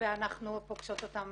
ואנחנו פוגשות אותן